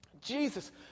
Jesus